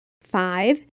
Five